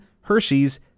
Hershey's